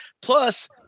plus